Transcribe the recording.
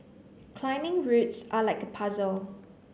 climbing routes are like a puzzle